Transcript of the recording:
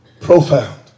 profound